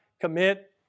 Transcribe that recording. commit